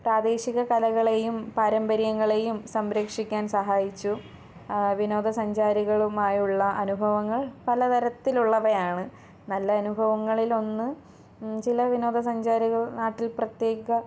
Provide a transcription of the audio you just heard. പ്രാദേശിക കലകളെയും പാരമ്പര്യങ്ങളെയും സംരക്ഷിക്കാൻ സഹായിച്ചു വിനോദസഞ്ചാരികളുമായുള്ള അനുഭവങ്ങൾ പലതരത്തിലുള്ളവയാണ് നല്ല അനുഭവങ്ങളിൽ ഒന്ന് ചില വിനോദസഞ്ചാരികൾ നാട്ടിൽ പ്രത്യേക